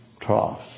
trough